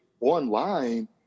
online